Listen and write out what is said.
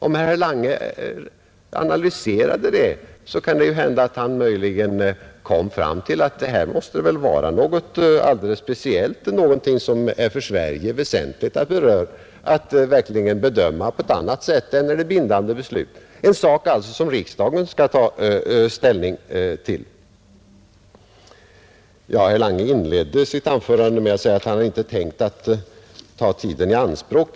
Om herr Lange analyserade saken kanske han kom fram till att det kan bero på något alldeles speciellt, något som kan vara väsentligt för Sverige att bedöma på annat sätt än när det är bindande beslut. Det gäller alltså en sak som riksdagen bör ta ställning till. Herr Lange inledde sitt första anförande med att säga, att han inte tänkt ta tiden i anspråk.